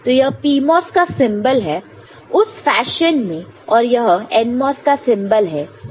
तो यह PMOS का सिंबल है उस फैशन में और यह NMOS का सिंबल है उसके एप्सनस में